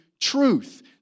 truth